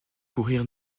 courir